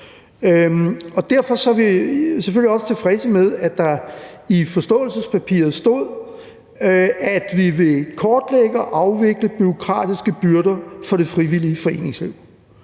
Derfor er vi selvfølgelig også tilfredse med, at der står i forståelsespapiret, at vi vil kortlægge og afvikle bureaukratiske byrder for det frivillige foreningsliv